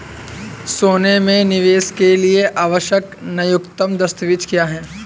सोने में निवेश के लिए आवश्यक न्यूनतम दस्तावेज़ क्या हैं?